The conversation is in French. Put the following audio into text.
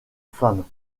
femmes